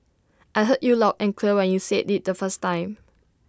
I heard you loud and clear when you said IT the first time